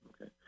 Okay